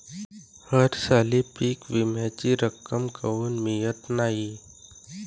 हरसाली पीक विम्याची रक्कम काऊन मियत नाई?